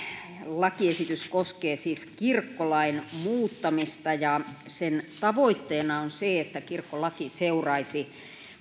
lakiesitys koskee siis kirkkolain muuttamista ja sen tavoitteena on se että kirkkolaki seuraisi